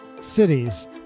Cities